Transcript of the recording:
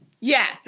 Yes